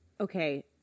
Okay